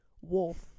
wolf